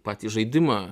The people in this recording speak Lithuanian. patį žaidimą